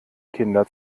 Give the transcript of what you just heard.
kinder